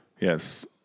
Yes